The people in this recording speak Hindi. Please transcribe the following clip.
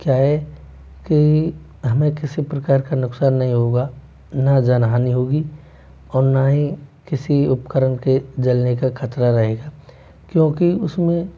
क्या है कि हमें किसी प्रकार का नुक़सान नहीं होगा ना जान हानि होगी और नाहीं किसी उपकरण के जलने का ख़तरा रहेगा क्योंकि उसमें